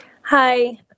Hi